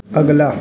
اگلا